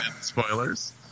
Spoilers